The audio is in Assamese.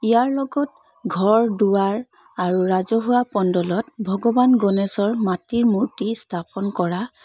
ইয়াৰ লগত ঘৰ দুৱাৰ আৰু ৰাজহুৱা পন্দলত ভগৱান গণেশৰ মাটিৰ মূৰ্তি স্থাপন কৰা